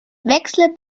wechsle